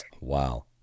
Wow